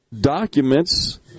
documents